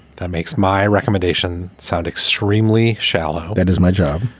that makes my recommendation sound extremely shallow. that is my job.